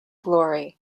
glory